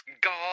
God